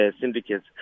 syndicates